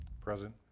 Present